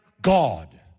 God